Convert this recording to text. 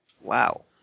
Wow